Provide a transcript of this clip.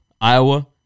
Iowa